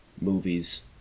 movies